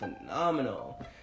phenomenal